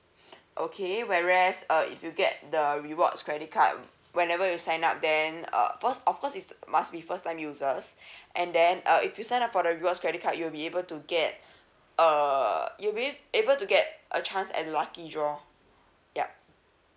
okay whereas uh if you get the rewards credit card whenever you sign up then uh of course of course is must be first time users and then uh if you sign up for the rewards credit card you'll be able to get err you'll be ab~ able to get a chance at the lucky draw yup